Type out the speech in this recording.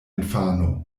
infano